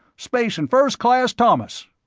space'n first class thomas.